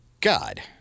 God